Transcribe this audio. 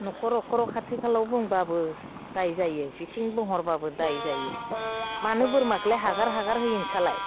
न'खर न'खराव खाथि खालायाव बुंबाबो दाय जायो बिथिं बुंहरबाबो दाय जायो मानो बोरमाखौलाय हगार हगार होयो नोंस्रालाय